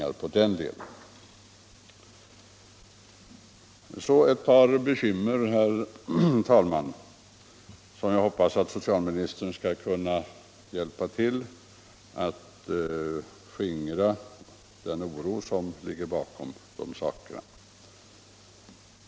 Jag vill därefter beröra ett par bekymmer som finns, och jag hoppas att socialministern skall kunna hjälpa till att skingra den oro som föreligger i det avseendet.